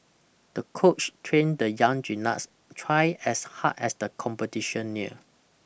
the coach trained the young gymnast twice as hard as the competition neared